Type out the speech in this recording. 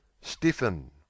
Stiffen